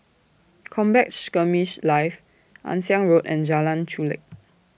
Combat Skirmish Live Ann Siang Road and Jalan Chulek